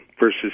versus